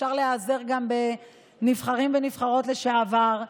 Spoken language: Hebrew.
אפשר להיעזר גם בנבחרים ונבחרות לשעבר,